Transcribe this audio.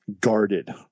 guarded